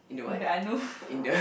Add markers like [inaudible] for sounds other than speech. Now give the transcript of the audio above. in the unknown [breath]